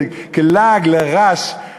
זה כלעג לרש,